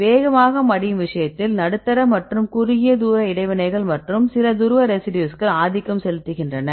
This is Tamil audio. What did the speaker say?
வேகமாக மடியும் விஷயத்தில் நடுத்தர மற்றும் குறுகிய தூர இடைவினைகள் மற்றும் சில துருவ ரெசிடியூஸ்கள் ஆதிக்கம் செலுத்துகின்றன